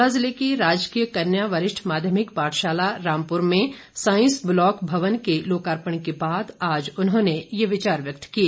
शिमला जिले की राजकीय कन्या वरिष्ठ माध्यमिक पाठशाला रामपुर में सांईस ब्लॉक भवन के लोकार्पण के बाद आज उन्होंने ये विचार व्यक्त किए